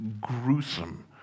gruesome